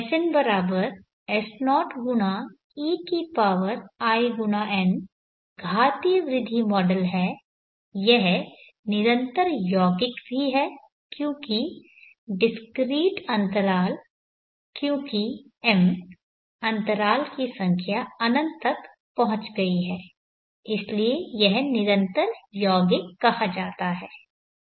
Sn S0ein घातीय वृद्धि model है यह निरंतर यौगिक भी है क्योंकि डिस्क्रीट अंतराल क्योंकि m अंतराल की संख्या अनंत तक पहुंच गई है इसलिए इसे निरंतर यौगिक कहा जाता है